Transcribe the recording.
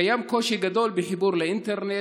קיים קושי גדול בחיבור לאינטרנט,